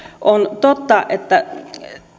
on totta että